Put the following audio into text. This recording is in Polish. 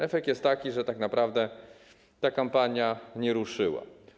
Efekt jest taki, że tak naprawdę ta kampania nie ruszyła.